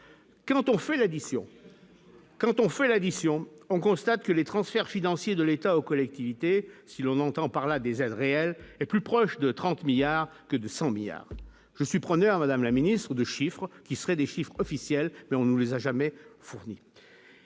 quand on fait l'addition, on constate que les transferts financiers de l'État aux collectivités, si l'on entend par là des All réel est plus proche de 30 milliards que 200 milliards, je suis preneur Madame la Ministre de chiffres qui seraient des chiffres officiels mais on nous les a jamais fourni